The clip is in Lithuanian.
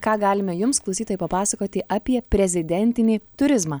ką galime jums klausytojai papasakoti apie prezidentinį turizmą